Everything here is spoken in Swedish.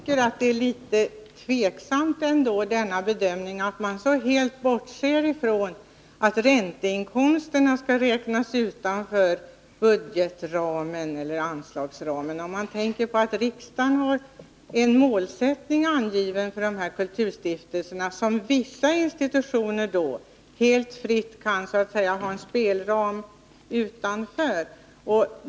Herr talman! Jag skulle bara vilja säga att denna bedömning ändå är litet tvivelaktig, eftersom man helt bortser från att ränteinkomsterna skall räknas utanför anslagsramen. Riksdagen har ju angivit en målsättning för dessa kulturstiftelser, medan vissa institutioner har helt fritt spelrum utanför denna.